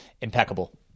impeccable